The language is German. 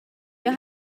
ihr